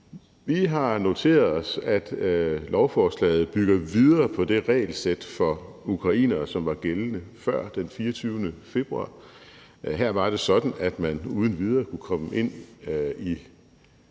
Vi har noteret os, at lovforslaget bygger videre på det regelsæt for ukrainere, som var gældende før den 24. februar; her var det sådan, at man uden videre kunne komme ind i